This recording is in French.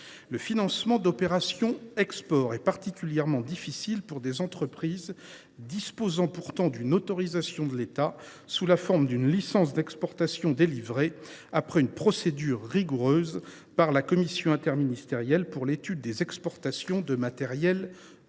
Le financement d’opérations d’export est particulièrement difficile pour des entreprises disposant pourtant d’une autorisation de l’État sous la forme d’une licence d’exportation délivrée, après une procédure rigoureuse, par la commission interministérielle pour l’étude des exportations de matériels